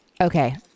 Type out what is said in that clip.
Okay